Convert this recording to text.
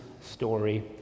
story